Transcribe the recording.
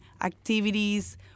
Activities